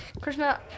krishna